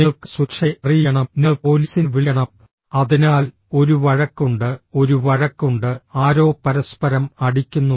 നിങ്ങൾക്ക് സുരക്ഷയെ അറിയിക്കണം നിങ്ങൾക്ക് പോലീസിനെ വിളിക്കണം അതിനാൽ ഒരു വഴക്ക് ഉണ്ട് ഒരു വഴക്ക് ഉണ്ട് ആരോ പരസ്പരം അടിക്കുന്നു